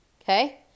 Okay